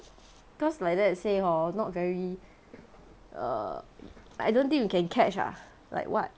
cause my dad say hor not very err I don't think you can catch ah like what